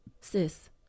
sis